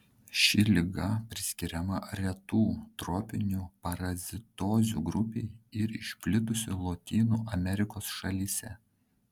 ši liga priskiriama retų tropinių parazitozių grupei ir išplitusi lotynų amerikos šalyse